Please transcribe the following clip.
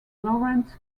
lorentz